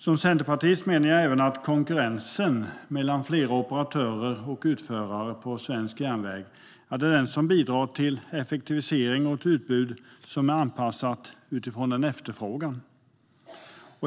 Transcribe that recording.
Som centerpartist menar jag även att konkurrensen mellan flera operatörer och utförare på svensk järnväg bidrar till effektivisering och ett utbud som är anpassat utifrån efterfrågan.